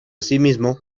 asimismo